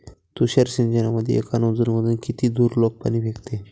तुषार सिंचनमंदी एका नोजल मधून किती दुरलोक पाणी फेकते?